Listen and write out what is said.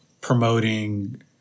Promoting